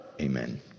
Amen